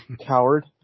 Coward